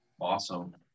Awesome